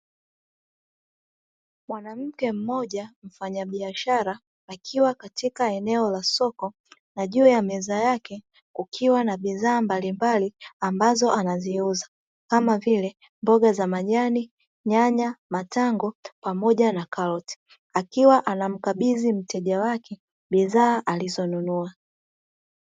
Mwanamke mmoja mfanyabiashara akiwa katika eneo la soko na juu ya meza yake kukiwa na bidhaa mbalimbali ambazo anaziuza kama vile mboga za majani, nyanya, matango pamoja na karoti akiwa anamkabidhi mteja wake bidhaa alizonunua.